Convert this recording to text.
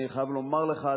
אני חייב לומר לך,